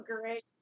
great